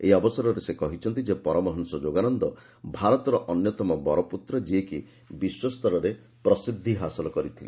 ଏହି ଅବସରରେ ସେ କହିଛନ୍ତି ଯେ ପରମହଂସ ଯୋଗାନନ୍ଦ ଭାରତର ଅନ୍ୟତମ ବରପୁତ୍ର ଯିଏକି ବିଶ୍ୱସ୍ତରରେ ପ୍ରସିଦ୍ଧି ହାସଲ କରିଥିଲେ